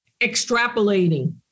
extrapolating